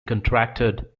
contracted